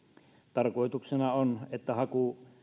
tarkoituksena on että haku